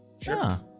Sure